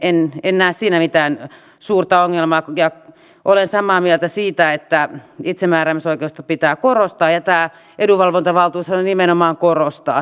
en näe siinä mitään suurta ongelmaa ja olen samaa mieltä siitä että itsemääräämisoikeutta pitää korostaa ja tämä edunvalvontavaltuushan nimenomaan korostaa sitä